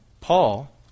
Paul